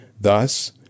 Thus